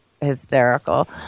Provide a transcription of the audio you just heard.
hysterical